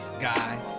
guy